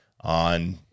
on